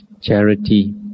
charity